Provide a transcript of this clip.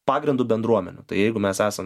pagrindu bendruomenių tai jeigu mes esam